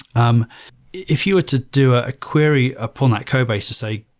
um if you were to do a query upon that codebase to say,